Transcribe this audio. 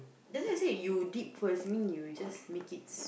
does not say you dip first mean you just make it